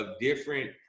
different